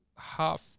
Half